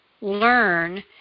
learn